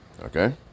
okay